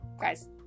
guys